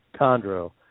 chondro